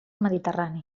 mediterrani